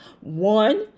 one